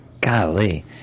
Golly